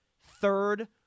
Third